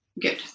Good